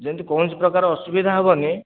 ଯେମିତି କୌଣସି ପ୍ରକାର ଅସୁବିଧା ହେବନି